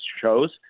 shows